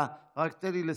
רק תן לי לסיים.